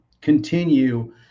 continue